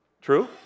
True